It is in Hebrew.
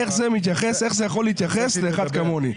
איך זה יכול להתייחס לאחד כמוני?